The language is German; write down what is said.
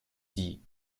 die